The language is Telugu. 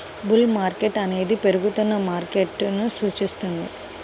బుల్ మార్కెట్ అనేది పెరుగుతున్న మార్కెట్ను సూచిస్తుంది